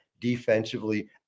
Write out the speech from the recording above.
defensively